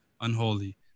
unholy